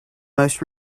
most